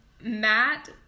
Matt